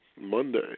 Monday